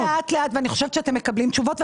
אני עונה לאט לאט ואני חושבת שאתם מקבלים תשובות.